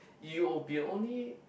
you will be only